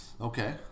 Okay